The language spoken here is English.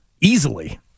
easily